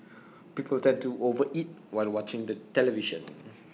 people tend to over eat while watching the television